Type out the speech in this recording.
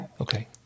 Okay